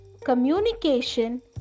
communication